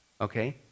Okay